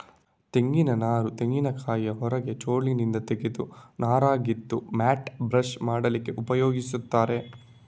ತೆಂಗಿನ ನಾರು ತೆಂಗಿನಕಾಯಿಯ ಹೊರಗಿನ ಚೋಲಿನಿಂದ ತೆಗೆದ ನಾರಾಗಿದ್ದು ಮ್ಯಾಟ್, ಬ್ರಷ್ ಮಾಡ್ಲಿಕ್ಕೆ ಉಪಯೋಗಿಸ್ತಾರೆ